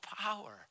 power